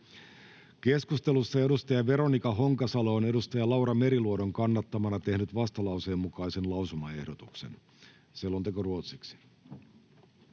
Keskustelussa edustaja Veronika Honkasalo on edustaja Laura Meriluodon kannattamana tehnyt vastalauseen mukaisen lausumaehdotuksen. — Selonteko ruotsiksi.